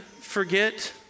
forget